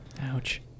Ouch